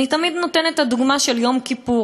אני תמיד נותנת את הדוגמה של יום כיפור.